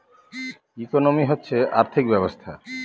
economy হচ্ছে আর্থিক ব্যবস্থা